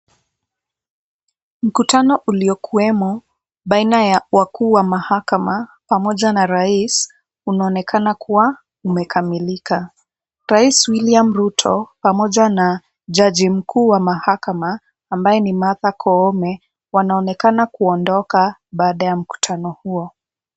Mkutano ulio kuwemo baina ya wakuu wa mahakama, pamoja na rais unaonekana kuwa umekamilika, rais William Ruto pamoja na jaji mkuu wa mahakama ambaye ni Martha Koome wanaonekana kuondoka baada ya mkutano huo.